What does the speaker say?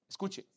Escuche